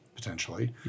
Potentially